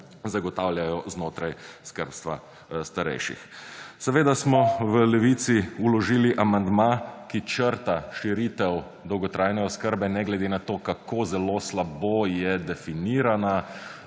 zagotavljajo znotraj skrbstva starejših. Seveda smo / znak za konec razprave/ v Levici vložili amandma, ki črta širitev dolgotrajne oskrbe, ne glede na to, kako zelo slabo je definirana,